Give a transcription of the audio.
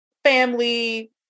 Family